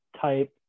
type